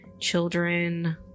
Children